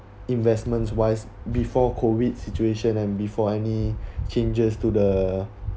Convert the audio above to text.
investments wise before COVID situation and before any changes to the